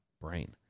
brain